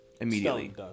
immediately